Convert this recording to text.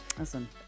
Awesome